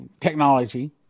technology